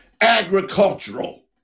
agricultural